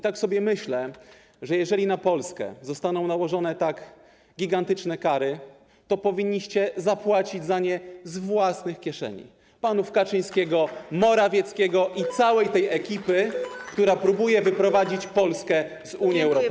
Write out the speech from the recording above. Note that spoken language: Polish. Tak sobie myślę, że jeżeli na Polskę zostaną nałożone tak gigantyczne kary, to powinniście zapłacić je z własnych kieszeni, kieszeni panów Kaczyńskiego, Morawieckiego i całej tej ekipy, która próbuje wyprowadzić Polskę z Unii Europejskiej.